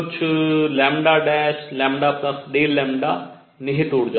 कुछ λ Δλ निहित ऊर्जा